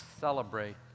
celebrate